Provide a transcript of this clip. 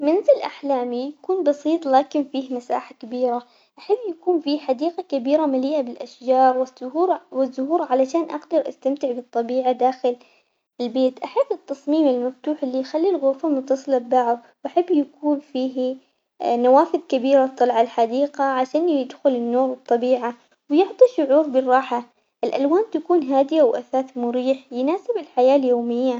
منزل أحلامي يكون بسيط لكن فيه مساحة كبيرة، أحب يكون فيه حديقة كبيرة مليئة بالأشجار والزهور ع- والزهور علشان أقدر أستمتع بالطبيعة داخل البيت، أحب التصميم المفتوح اللي يخلي الغرف متصلة ببعض، بحب يكون فيه نوافذ كبيرة تطلع عالحديقة عشان يدخل النور والطبيعة يعطي شعور بالراحة، الألوان تكون هادية وأثاثه مريح يناسب الحياة اليومية.